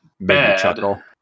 bad